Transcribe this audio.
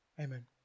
Amen